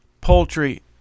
poultry